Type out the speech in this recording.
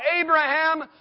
Abraham